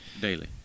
Daily